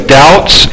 doubts